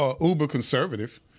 uber-conservative